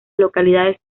localidades